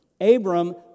Abram